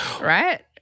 Right